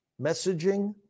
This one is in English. messaging